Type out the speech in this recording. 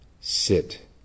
sit